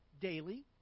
daily